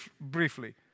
briefly